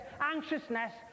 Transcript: anxiousness